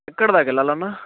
ఎక్కడి దాకా వెళ్ళాలన్నా